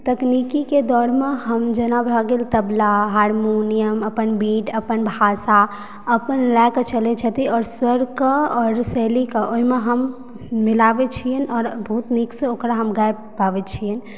तकनीकीके दौरमे हम जेना भऽ गेल तबला हारमोनियम अपन बीट अपन भाषा अपन लयके चलैत छथिन आओर स्वरके आओर शैलीके ओहिमे हम मिलाबै छियनि आओर बहुत नीकसँ ओकरा हम गाबि पाबि छियनि